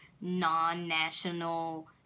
non-national